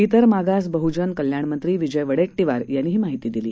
इतर मागास बहजन कल्याण मंत्री विजय वडेट्टीवार यांनी ही माहिती दिली